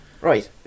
Right